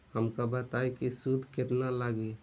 हमका बताई कि सूद केतना लागी?